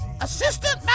assistant